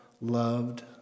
loved